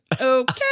Okay